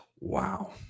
wow